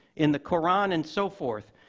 in the quran and so forth,